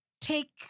take